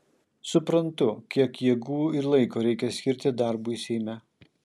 suprantu kiek jėgų ir laiko reikia skirti darbui seime